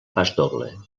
pasdoble